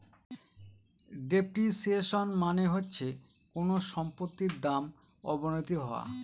depreciation মানে হচ্ছে কোনো সম্পত্তির দাম অবনতি হওয়া